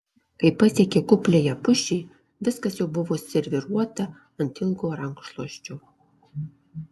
kai pasiekė kupliąją pušį viskas jau buvo serviruota ant ilgo rankšluosčio